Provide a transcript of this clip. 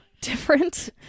different